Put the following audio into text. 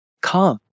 come